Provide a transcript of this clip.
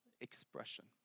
expression